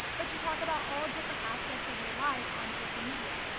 but you talk about all different aspects of your life on social media.